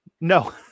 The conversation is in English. No